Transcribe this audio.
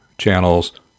channels